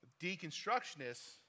deconstructionists